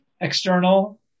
external